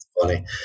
funny